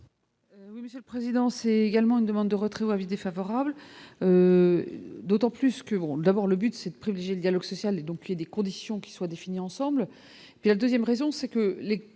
ami. Monsieur le président, c'est également une demande de retrait vie défavorable. D'autant plus que d'avoir le but c'est de privilégier le dialogue social et donc, et des conditions qui soient définis ensemble et puis la 2ème raison, c'est que les